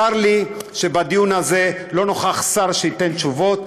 צר לי שבדיון הזה לא נוכח שר שייתן תשובות.